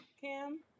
Cam